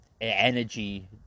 energy